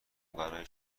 برا